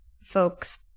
folks